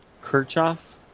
Kirchhoff